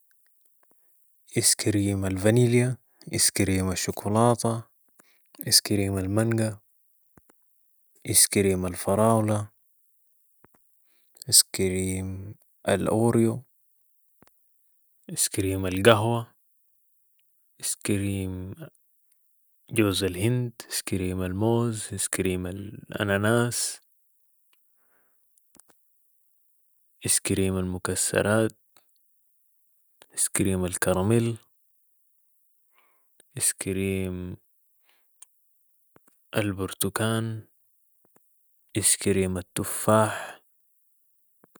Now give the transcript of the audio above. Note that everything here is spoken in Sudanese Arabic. اسكريم الفنيلية ، اسكريم الشكولاتة ،اسكريم المنقة ،اسكريم الفراولة ، اسكريم الاوريو ،اسكريم القهوة ،اسكريم جوز الهند ،اسكريم الموز ،اسكريم الاناناس ،اسكريم المكسرات ، اسكريم الكرمل ،اسكريم البرتكان ،اسكريم التفاح